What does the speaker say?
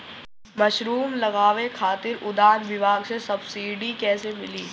Mushroom लगावे खातिर उद्यान विभाग से सब्सिडी कैसे मिली?